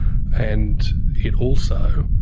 and it also,